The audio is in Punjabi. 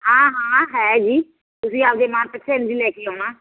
ਹਾਂ ਹਾਂ ਹੈ ਜੀ ਤੁਸੀਂ ਆਪਦੇ ਮਨ ਪਸੰਦ ਦੀ ਲੈ ਕੇ ਆਉਣਾ